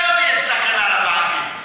שם יש סכנה לבנקים.